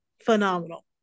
phenomenal